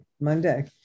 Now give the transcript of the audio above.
Monday